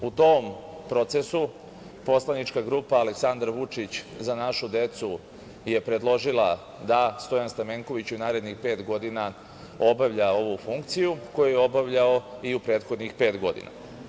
U tom procesu poslanička grupa Aleksandar Vučić - Za našu decu je predložila da Stojan Stamenković i u narednih pet godina obavlja ovu funkciju, koju je obavljaju i u prethodnih pet godina.